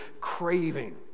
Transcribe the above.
craving